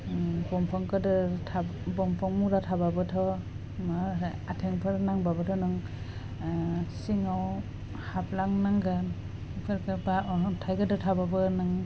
ओम बंफां गोदोर बंफां मुरा थाबाबोथ' माह होह आथेंफोर नांबाबोथ' नों ओह सिङाव हाबलांनांगोन बेफोरखो बा अन्थाइ गोदोर थाबाबो नों